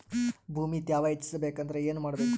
ಭೂಮಿ ತ್ಯಾವ ಹೆಚ್ಚೆಸಬೇಕಂದ್ರ ಏನು ಮಾಡ್ಬೇಕು?